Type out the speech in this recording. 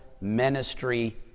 ministry